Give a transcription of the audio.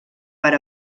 per